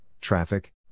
traffic